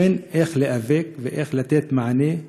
איך להיאבק ואיך לתת מענה,